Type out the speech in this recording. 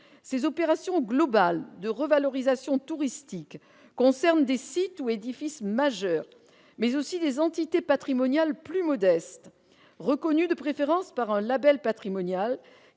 Ces opérations globales de revalorisation touristique concernent des sites ou édifices majeurs, mais aussi des entités patrimoniales plus modestes, reconnues de préférence par un label patrimonial,